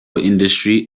industry